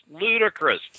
ludicrous